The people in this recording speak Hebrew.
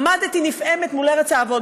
עמדתי נפעמת מול ארץ האבות,